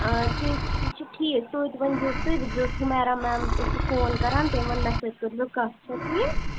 آ تہِ تہِ چھُ ٹھیٖک توتہِ ؤنۍزیوس تُہۍ دٔپۍزیوس ہُمیرا میم أسوٕ فون کران تٔمۍ ووٚن مےٚ سۭتۍ کٔرۍزیو کَتھ چھےٚ ٹھیٖک